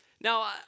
Now